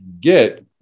get